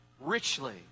richly